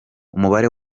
umubare